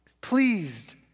Pleased